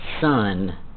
son